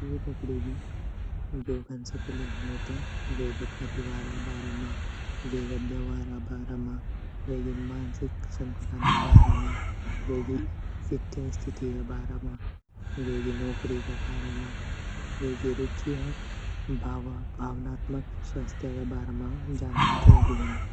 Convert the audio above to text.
के दगड़ी भी ब्यो कन से पैली हमू त वेगा परिवारा बारा म वेगा व्याहवारा बारा म वेगी मानसिक संतुलना बारा म वेगी वित्य स्थिति गा बारा म वेगी नौकरी ग बारा म वेगी रुचि और भावनात्मक स्वस्तीय गा बारा म जानण ज़रूरी वंदु।